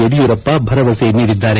ಯಡಿಯೂರಪ್ಪ ಭರವಸೆ ನೀಡಿದ್ದಾರೆ